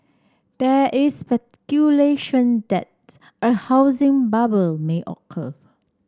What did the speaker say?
there is speculation that a housing bubble may occur